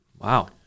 Wow